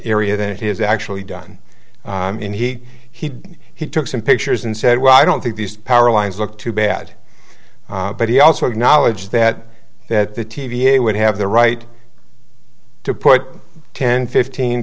area than it is actually done in he he he took some pictures and said well i don't think these power lines look too bad but he also acknowledged that that the t v it would have the right to put ten fifteen